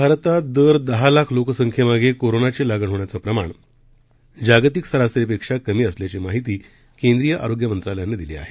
भारतातदरदहालाखलोकसंख्येमागेकोरोनाचीलागणहोण्याचंप्रमाणजागतिकसरासरीपे क्षाहीकमीअसल्याचीमाहितीकेंद्रीयआरोग्यमंत्रालयानंदिलीआहे